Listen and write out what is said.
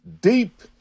deep